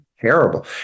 terrible